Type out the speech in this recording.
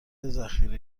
ذخیره